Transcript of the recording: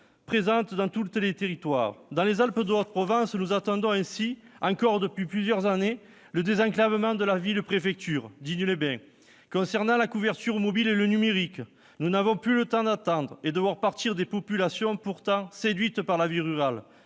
présentes dans tous les territoires. Dans les Alpes-de-Haute-Provence, nous demandons ainsi depuis plusieurs années le désenclavement de la préfecture du département, Digne-les-Bains. Concernant la couverture mobile et le numérique, nous n'avons plus de temps à perdre au risque de voir partir des populations pourtant séduites par la vie rurale.